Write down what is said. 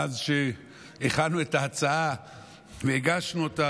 מאז שהכנו את ההצעה והגשנו אותה,